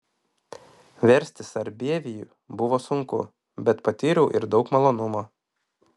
versti sarbievijų buvo sunku bet patyriau ir daug malonumo